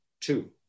Two